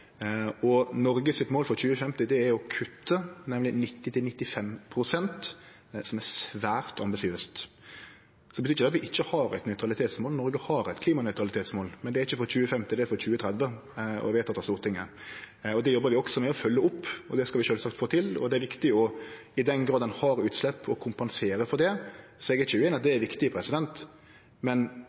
svært ambisiøst. Det betyr ikkje at Noreg ikkje har eit nøytralitetsmål. Noreg har eit klimanøytralitetsmål, men det er ikkje for 2050, det er for 2030 – vedteke av Stortinget. Det jobbar vi også med å følgje opp. Det skal vi sjølvsagt få til. Det er viktig – i den grad ein har utslepp – å kompensere for det. Eg er ikkje ueinig i at det er viktig, men